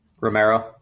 Romero